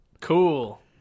Cool